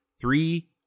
Three